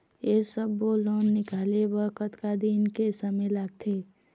ये सब्बो लोन निकाले बर कतका दिन के समय लगथे?